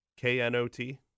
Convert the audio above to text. K-N-O-T